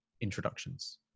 introductions